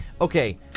Okay